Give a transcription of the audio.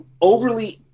overly